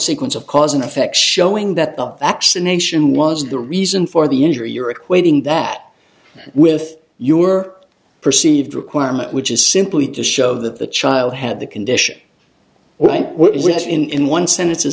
sequence of cause and effect showing that the action nation was the reason for the injury you're equating that with your perceived requirement which is simply to show that the child had the condition one would have in one sense is